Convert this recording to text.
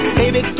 baby